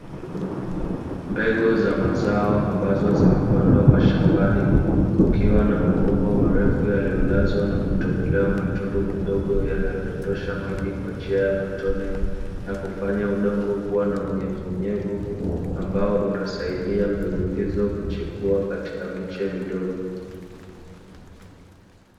Mbegu za mazao ambazo zimepandwa mashambani kukiwa na mabomba milefu yaliyolazwa na kutobolewa matundu madogo yanayodondosha maji kwa njia ya matone, na kufanya udongo kuwa na unyevu nyevu, ambao unasaidia mbegu hizo kuchipua katika miche midogo.